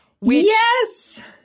Yes